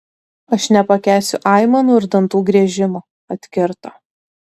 aš nepakęsiu aimanų ir dantų griežimo atkirto